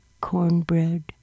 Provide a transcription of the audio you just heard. cornbread